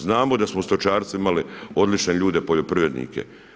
Znamo da smo u stočarstvu imali odlične ljude, poljoprivrednike.